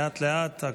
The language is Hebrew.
לאט-לאט.